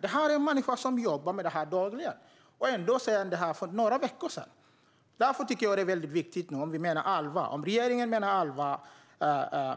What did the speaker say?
Det här är en människa som jobbar med detta dagligen, och för några veckor sedan sa han så här. Om regeringen menar allvar